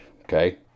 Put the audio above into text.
okay